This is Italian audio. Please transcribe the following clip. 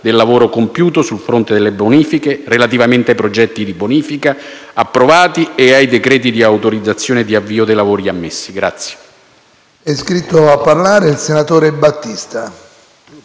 del lavoro compiuto sul fronte delle bonifiche relativamente ai progetti di bonifica approvati e ai decreti di autorizzazione di avvio lavori emessi.